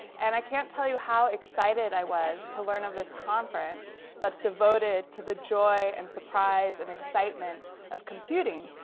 and i can't tell you how excited i was to learn of this conference that's devoted to the joy and surprise and excitement of computing.